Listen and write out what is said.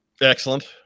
Excellent